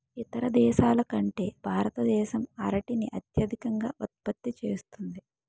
ఇతర దేశాల కంటే భారతదేశం అరటిని అత్యధికంగా ఉత్పత్తి చేస్తుంది